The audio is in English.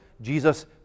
Jesus